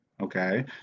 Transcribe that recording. okay